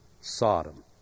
sodom